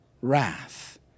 wrath